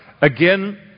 Again